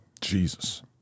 Jesus